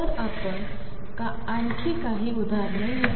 तर आपण आणखी काही उदाहरणे लिहू